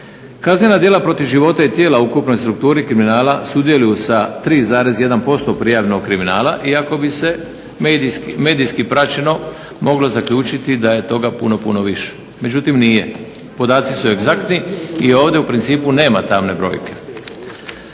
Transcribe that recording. Kaznena djela protiv života i tijela u ukupnoj strukturi kriminala sudjeluju sa 3,1% prijavljenog kriminala iako bi se medijski praćeno moglo zaključiti da je toga puno, puno više. međutim, nije. Podaci su egzaktni i ovdje u principu nema tamne brojke.